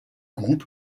groupe